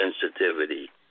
sensitivity